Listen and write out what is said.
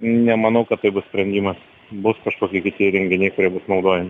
nemanau kad tai bus sprendimas bus kažkokie kiti renginiai kurie bus naudojami